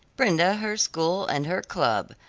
brenda, her school and her club,